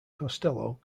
costello